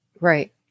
right